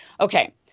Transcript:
Okay